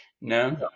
No